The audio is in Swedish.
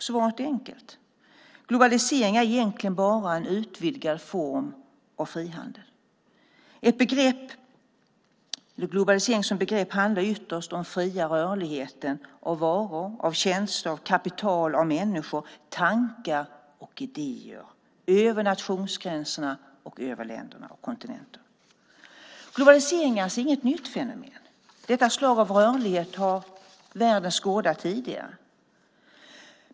Svaret är enkelt: Globalisering är egentligen bara en utvidgad form av frihandel. Globalisering som begrepp handlar ytterst om den fria rörligheten av varor, tjänster, kapital, människor, tankar och idéer över nationsgränser och över kontinenter. Globalisering är alltså inte något nytt fenomen. Detta slag av rörlighet har världen skådat tidigare.